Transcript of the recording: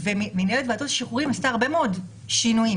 ומינהלת ועדות השחרורים עשתה הרבה מאוד שינויים